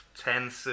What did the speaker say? ten